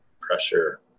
pressure